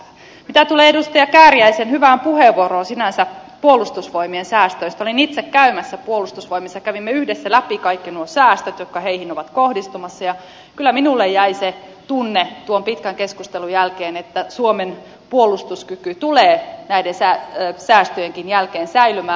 mitä tulee edustaja kääriäisen sinänsä hyvään puheenvuoroon puolustusvoimien säästöistä olin itse käymässä puolustusvoimissa ja kävimme yhdessä läpi kaikki nuo säästöt jotka heihin ovat kohdistumassa ja kyllä minulle jäi se tunne tuon pitkän keskustelun jälkeen että suomen puolustuskyky tulee näiden säästöjenkin jälkeen säilymään